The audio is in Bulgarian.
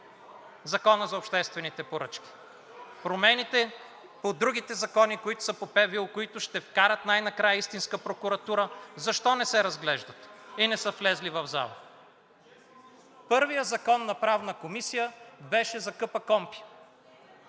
Закона за обществените поръчки? Промените по другите закони, които са по ПВУ, които ще вкарат най-накрая истинска прокуратура, защо не се разглеждат и не са влезли в залата? Първият закон на Правната комисия беше за КПКОНПИ.